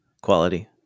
quality